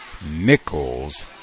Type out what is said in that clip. Nichols